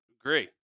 Great